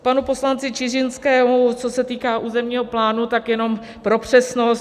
K panu poslanci Čižinskému, co se týká územního plánu, tak jenom pro přesnost.